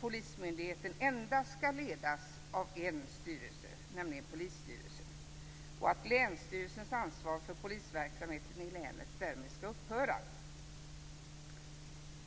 polismyndigheten endast skall ledas av en styrelse, nämligen polisstyrelsen. Utskottet instämmer i detta. Länsstyrelsens ansvar för polisverksamheten i länet skall därmed upphöra.